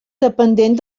dependent